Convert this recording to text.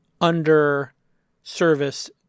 under-service